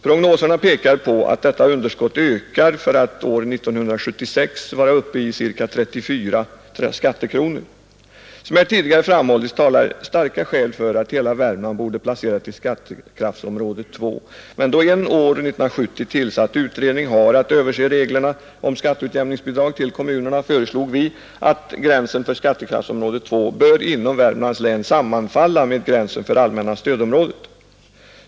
Prognoserna pekar på att detta underskott ökar för att år 1976 vara uppe i ca 34 skattekronor. Som jag tidigare framhållit talar starka skäl för att hela Värmland borde placeras i skattekraftsområde 2. Men då en år 1970 tillsatt utredning har att överse reglerna om skatteutjämningsbidrag till kommunerna föreslog vi att gränsen för skattekraftsområde 2 inom Värmlands län bör sammanfalla med gränsen för allmänna stödområdet.